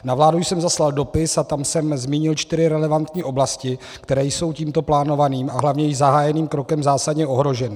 Na vládu jsem zaslal dopis a tam jsem zmínil čtyři relevantní oblasti, které jsou tímto plánovaným a hlavně již zahájeným krokem zásadně ohroženy.